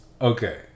Okay